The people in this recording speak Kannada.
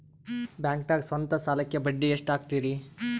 ಬ್ಯಾಂಕ್ದಾಗ ಸ್ವಂತ ಸಾಲಕ್ಕೆ ಬಡ್ಡಿ ಎಷ್ಟ್ ಹಕ್ತಾರಿ?